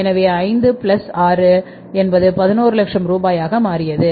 எனவே 5 பிளஸ் 6 என்பது 1100000 ரூபாயாக மாறியது